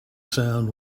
sound